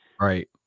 Right